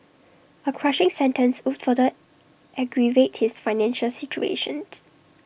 A crushing sentence would further aggravate his financial situation